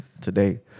today